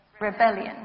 rebellion